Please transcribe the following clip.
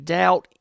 doubt